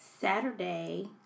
Saturday